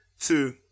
Two